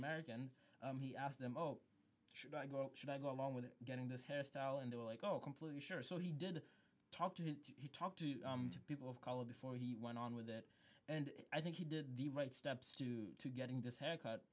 american he asked them or should i go should i go along with getting this hairstyle and they were like oh completely sure so he did talk to talk to people of color before he went on with it and i think he did the right steps to getting this haircut